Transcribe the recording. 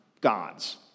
gods